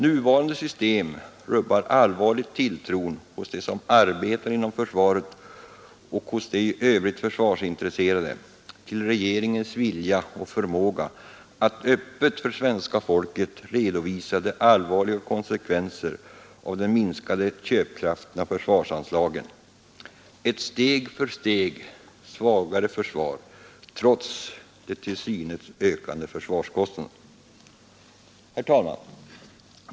Nuvarande system rubbar allvarligt tilltron hos dem som arbetar inom försvaret och hos de i övrigt försvarsintresserade till regeringens vilja och förmåga att öppet inför svenska folket redovisa de allvarliga konsekvenserna av den minskade köpkraften hos försvarsanslagen — ett steg för steg svagare försvar trots de till synes ökande försvarskostnaderna. Herr talman!